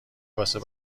واسه